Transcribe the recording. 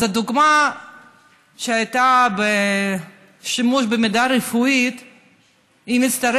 אז הדוגמה שהייתה לשימוש במידע רפואי מצטרפת